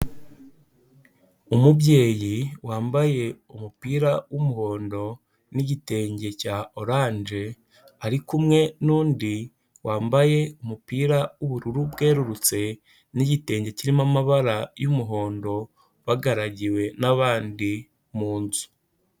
Umubyeyi wambaye umupira w'umuhondo n'igitenge cya orange, ari kumwe n'undi wambaye umupira w'ubururu bwerurutse n'igitenge kirimo amabara y'umuhondo bagaragiwe n'abandi mu nzu.